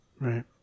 Right